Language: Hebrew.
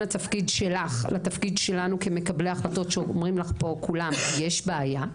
התפקיד שלך לתפקיד כשלנו כמקבלי החלטות שאומרים לך פה כולם - יש בעיה.